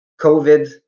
COVID